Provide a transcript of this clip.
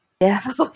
yes